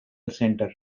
center